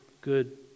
good